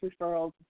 Referrals